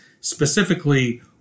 specifically